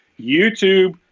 YouTube